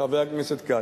חבר הכנסת כץ,